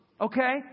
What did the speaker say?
Okay